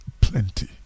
Plenty